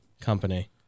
company